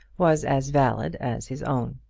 was as valid as his own.